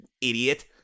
idiot